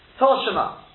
Toshima